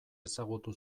ezagutu